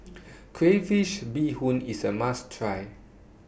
Crayfish Beehoon IS A must Try